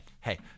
Hey